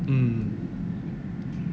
mm